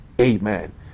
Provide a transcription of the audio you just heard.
Amen